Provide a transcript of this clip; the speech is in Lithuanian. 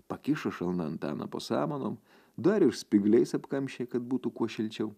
pakišo šalna antaną po samanom dar ir spygliais apkamšė kad būtų kuo šilčiau